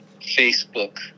Facebook